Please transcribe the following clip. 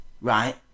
right